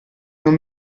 non